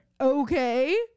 okay